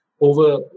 Over